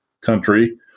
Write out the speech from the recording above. country